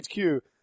HQ